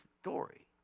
story